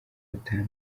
batanu